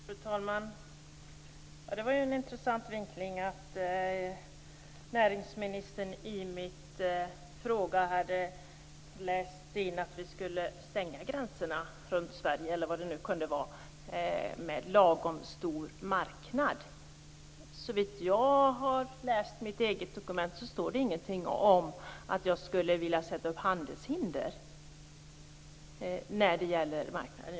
Fru talman! Det var en intressant vinkling att näringsministern i min fråga hade läst in att jag menade att vi skulle stänga gränserna runt Sverige, eller vad det nu kunde vara, för att få en lagom stor marknad. Såvitt jag har sett i mitt eget dokument står det ingenting om att jag skulle vilja sätta upp handelshinder när det gäller marknaden.